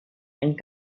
and